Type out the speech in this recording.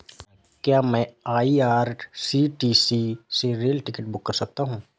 क्या मैं आई.आर.सी.टी.सी से रेल टिकट बुक कर सकता हूँ?